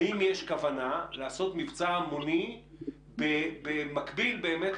האם יש כוונה לעשות מבצע המוני במקביל באמת